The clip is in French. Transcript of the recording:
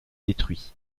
détruits